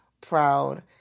proud